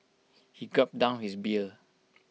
he gulped down his beer